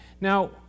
Now